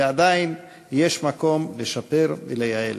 ועדיין יש מקום לשפר ולייעל.